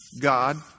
God